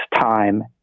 time